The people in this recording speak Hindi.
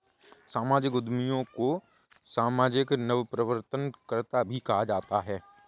सामाजिक उद्यमियों को सामाजिक नवप्रवर्तनकर्त्ता भी कहा जाता है